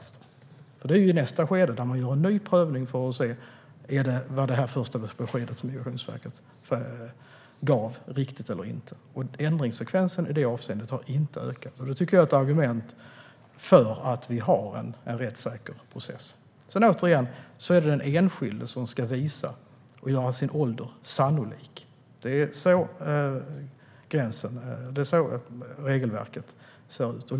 Här görs en ny prövning för att se om det besked som Migrationsverket gav var riktigt eller inte. Att ändringsfrekvensen inte har ökat är ett argument för att vi har en rättssäker process. Det är som sagt den enskilde som ska påvisa att åldern är sannolik. Det är så regelverket ser ut.